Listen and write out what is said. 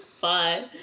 Bye